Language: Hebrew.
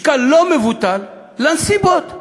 משקל לא מבוטל, לנסיבות.